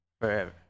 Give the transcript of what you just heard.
forever